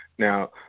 Now